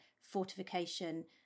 fortification